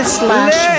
slash